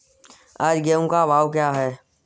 आज गेहूँ का भाव क्या है?